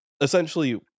essentially